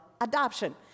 adoption